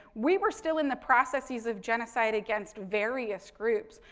we were still in the processes of genocide against various groups.